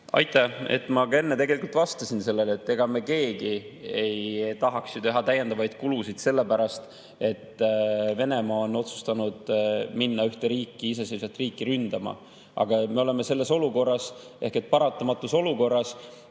Aitäh! Ma ka enne tegelikult vastasin sellele, et ega me keegi ei tahaks ju teha täiendavaid kulutusi selle pärast, et Venemaa on otsustanud minna ühte riiki, iseseisvat riiki ründama. Me oleme selles olukorras ehk paratamatus olukorras,